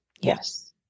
Yes